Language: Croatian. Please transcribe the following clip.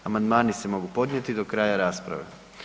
Amandmani se mogu podnositi do kraja rasprave.